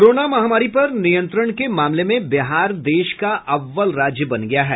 corona महामारी पर नियंत्रण के मामले में बिहार देश का अव्वल राज्य बन गया है